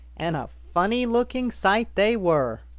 and a funny looking sight they were.